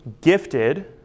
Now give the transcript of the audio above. gifted